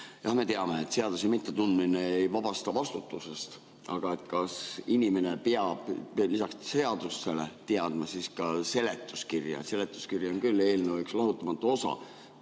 me teame, et seaduse mittetundmine ei vabasta vastutusest, aga kas inimene peab lisaks seadustele teadma ka seletuskirja? Seletuskiri on küll eelnõu lahutamatu osa,